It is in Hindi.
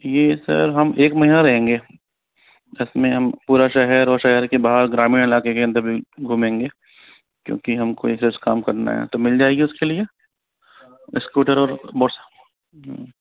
ये सर हम एक महीना रहेंगे इसमें हम पूरा शहर और शहर के बाद ग्रामीण इलाके के अंदर भी घूमेंगे क्योंकि हमको रिसर्च काम करना है तो मिल जाएगी उसके लिए स्कूटर और मोट्स